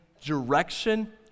direction